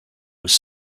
was